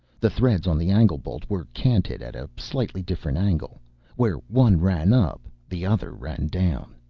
the threads on the angle bolt were canted at a slightly different angle where one ran up, the other ran down.